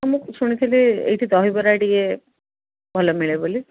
ହଁ ମୁଁ ଶୁଣିଥିଲି ଏଇଠି ଦହିବରା ଟିକେ ଭଲ ମିଳେ ବୋଲି